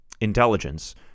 intelligence